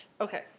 Okay